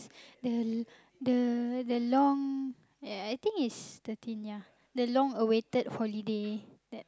the the the long ya I think is thirteen ya the long awaited holiday that